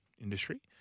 industry